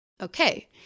Okay